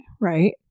right